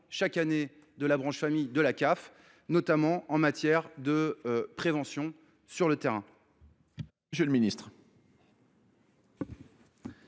chaque année de la branche famille de la CAF, notamment en matière de prévention sur le terrain